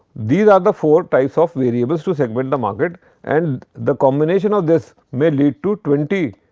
these are the four types of variables to segment the market and the combination of this may lead to twenty